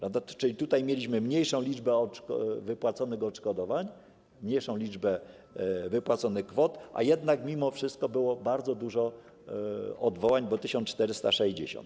A więc tutaj mieliśmy mniejszą liczbę wypłaconych odszkodowań, mniejszą liczbę wypłaconych kwot, a jednak mimo wszystko było bardzo dużo odwołań, bo 1460.